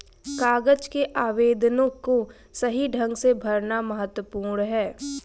कागज के आवेदनों को सही ढंग से भरना महत्वपूर्ण है